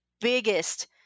biggest